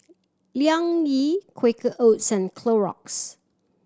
Liang Yi Quaker Oats and Clorox